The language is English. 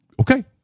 okay